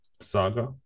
saga